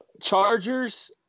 Chargers